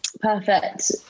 perfect